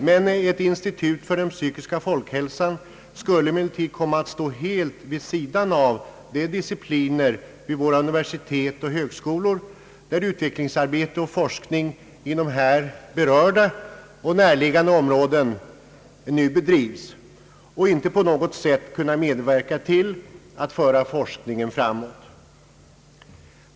Men ett institut för den psykiska folkhälsan skulle komma att stå helt vid sidan av de discipliner vid våra universitet och högskolor, där utvecklingsarbete och forskning inom här berörda och näraliggande områden nu bedrivs, och inte på något sätt kunna medverka till att föra forskningen framåt.